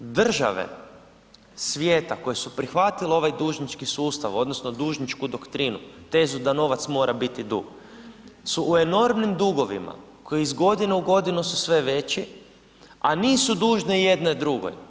Države svijeta koje su prihvatile ovaj dužnički sustav, odnosno dužničku doktrinu, tezu da novac mora biti dug su u enormnim dugovima koji iz godine u godinu su sve veći, a nisu dužne jedna drugoj.